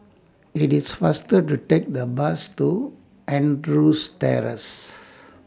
IT IS faster to Take The Bus to Andrews Terrace